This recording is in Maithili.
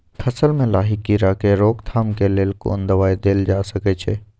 फसल में लाही कीरा के रोकथाम के लेल कोन दवाई देल जा सके छै?